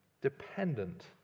dependent